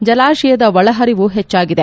ಜಲಾಶಯದ ಒಳಹರಿವು ಹೆಚ್ಚಾಗಿದೆ